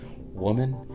Woman